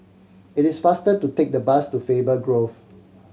it is faster to take the bus to Faber Grove